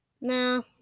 No